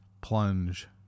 plunge